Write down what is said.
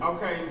Okay